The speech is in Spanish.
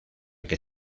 que